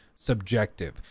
subjective